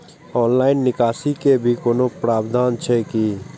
Online निकासी के भी कोनो प्रावधान छै की?